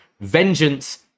Vengeance